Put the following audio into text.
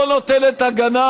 לא נותנת הגנה